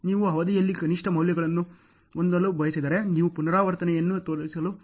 ನೀವು ಅವಧಿಯಲ್ಲಿ ಕನಿಷ್ಠ ಮೌಲ್ಯವನ್ನು ಹೊಂದಲು ಬಯಸಿದರೆ ನೀವು ಪುನರಾವರ್ತನೆಯನ್ನು ತೋರಿಸಲು ಬಯಸಿದರೆ ನೀವು 0